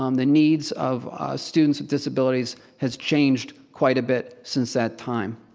um the needs of students with disabilities has changed quite a bit since that time.